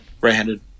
Right-handed